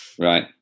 Right